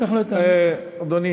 אדוני